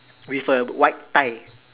with a white tie